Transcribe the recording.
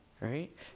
right